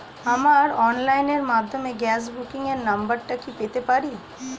আমার অনলাইনের মাধ্যমে গ্যাস বুকিং এর নাম্বারটা কি পেতে পারি?